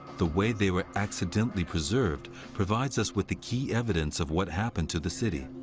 the way they were accidentally preserved provides us with the key evidence of what happened to the city.